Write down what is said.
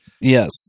Yes